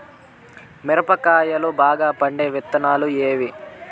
మిరప కాయలు బాగా పండే విత్తనాలు ఏవి